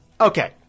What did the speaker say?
Okay